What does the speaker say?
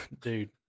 Dude